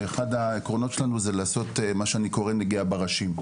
אחד העקרונות שלנו זה לעשות מה שאני קורא נגיעה בראשים.